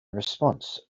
response